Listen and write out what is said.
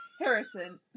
Harrison